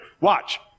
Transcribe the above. Watch